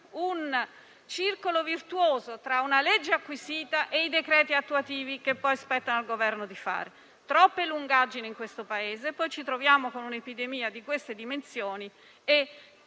un circolo virtuoso tra una legge acquisita e i decreti attuativi, che poi spetta al Governo emanare. Troppe sono le lungaggini in questo Paese, e poi ci troviamo con un'epidemia di certe dimensioni